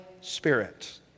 Spirit